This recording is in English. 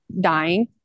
dying